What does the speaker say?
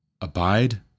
abide